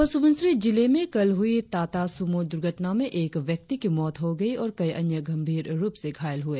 अपर सुबनसिरी जिले में कल हुई टाटा सूमो दुर्घटना में एक व्यक्ति की मौत हो गई और कई अन्य गंभीर रुप से घायल हुए